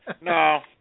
No